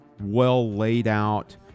well-laid-out